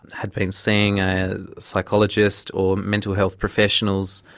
had been seeing a psychologist or mental health professionals,